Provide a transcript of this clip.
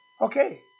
Okay